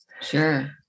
Sure